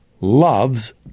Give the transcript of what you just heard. loves